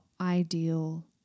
ideal